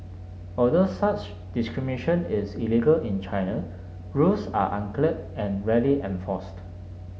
although such discrimination is illegal in China rules are unclear and rarely enforced